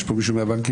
יש פה נציגי בנקים?